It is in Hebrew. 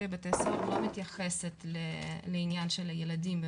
בתי הסוהר לא מתייחסת לעניין של הילדים,